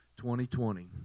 2020